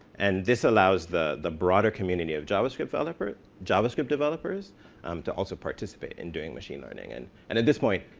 and this allows the the broader community of javascript developers javascript developers um to also participate in doing machine learning. and and at this point,